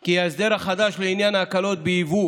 כי ההסדר החדש לעניין ההקלות ביבוא